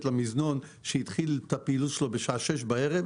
למזנון שהתחיל את הפעילות שלו בשעה 18:00,